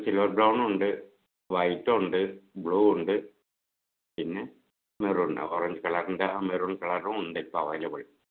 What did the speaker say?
silver brown ഉണ്ട് white ഉണ്ട് blue ഉണ്ട് പിന്നെ മെറൂൺ ഓറഞ്ച് കളറിൻ്റെ ആ മെറൂൺ കളറും ഉണ്ട് ഇപ്പോൾ അവൈലബിൾ